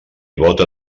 bóta